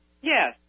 Yes